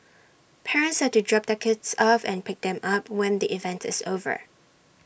parents are to drop their kids off and pick them up when the event is over